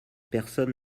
personne